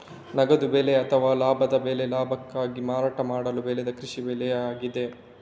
ನಗದು ಬೆಳೆ ಅಥವಾ ಲಾಭದ ಬೆಳೆ ಲಾಭಕ್ಕಾಗಿ ಮಾರಾಟ ಮಾಡಲು ಬೆಳೆದ ಕೃಷಿ ಬೆಳೆಯಾಗಿದೆ